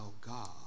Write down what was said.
God